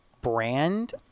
brand